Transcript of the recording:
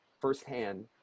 firsthand